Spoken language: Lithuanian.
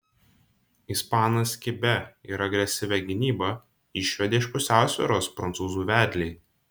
ispanas kibia ir agresyvia gynyba išvedė iš pusiausvyros prancūzų vedlį